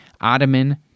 Ottoman